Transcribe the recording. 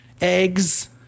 Eggs